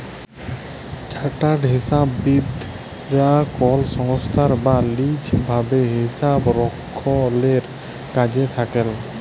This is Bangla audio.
চার্টার্ড হিসাববিদ রা কল সংস্থায় বা লিজ ভাবে হিসাবরক্ষলের কাজে থাক্যেল